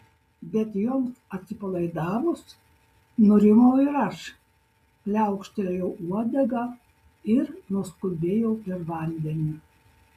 bet joms atsipalaidavus nurimau ir aš pliaukštelėjau uodega ir nuskubėjau per vandenį